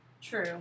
True